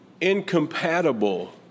incompatible